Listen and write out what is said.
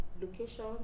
location